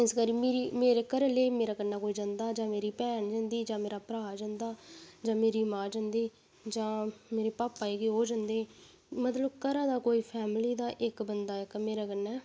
इसकरी फिरी मेरे घरे दा मेरे कन्नै कोई जंदा जां मेरी भैन जंदी जां मेरे भ्रा जंदा जां मेरी मां जंदी जां मेरे पापा जी न जां ओह् जंदे मतलब घरे दा कोई फैमली दा इक बंदा मेरे कन्नै